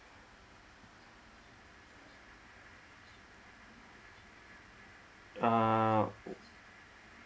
uh